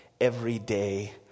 everyday